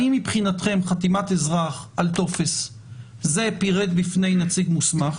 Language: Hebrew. האם מבחינתכם חתימת אזרח על טופס זה "פירט בפני נציג מוסמך".